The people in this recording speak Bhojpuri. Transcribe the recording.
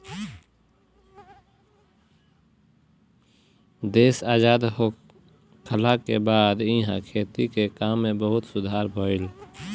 देश आजाद होखला के बाद इहा खेती के काम में बहुते सुधार भईल